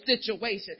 situation